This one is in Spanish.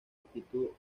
actitud